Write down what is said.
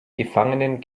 gefangenen